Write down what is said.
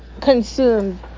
consumed